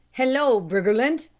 hello, briggerland,